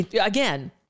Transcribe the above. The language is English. again